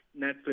Netflix